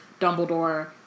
Dumbledore